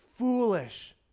foolish